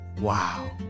Wow